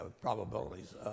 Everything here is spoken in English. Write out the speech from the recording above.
probabilities